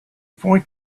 point